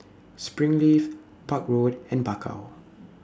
Springleaf Park Road and Bakau